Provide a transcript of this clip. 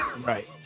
right